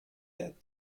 der